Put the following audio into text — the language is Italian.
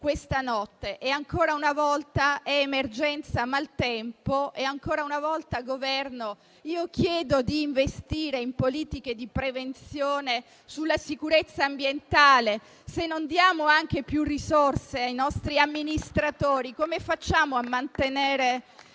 questa notte. Ancora una volta è emergenza maltempo e ancora una volta, chiedo al Governo di investire in politiche di prevenzione sulla sicurezza ambientale. Se non diamo anche più risorse ai nostri amministratori, come facciamo a mantenere